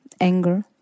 anger